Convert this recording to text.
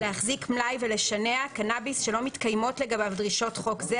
להחזיק מלאי ולשנע קנאביס שלא מתקיימות לגביו דרישות חוק זה